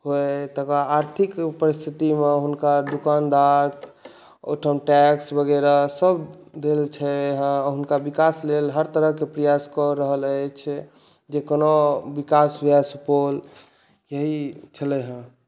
हुअए तकरा आर्थिक परिस्थितिमे हुनका दोकानदार ओहिठाम टैक्स वगैरहसब देल छै हुनका विकास लेल हर तरहके प्रयास कऽ रहल अछि जे कोना विकास हुअए सुपौल इएह छलै हेँ